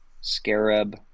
Scarab